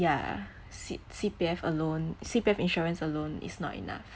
ya c~ C_P_F alone C_P_F insurance alone is not enough um